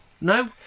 No